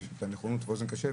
שיש את הנכונות ואת האוזן הקשבת,